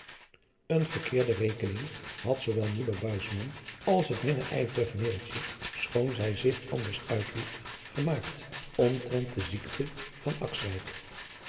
eene verkeerde rekening had zoowel moeder buisman als het minijverige neeltje schoon zij zich anders uitliet gemaakt omtrent de ziekte van